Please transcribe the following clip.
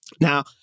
Now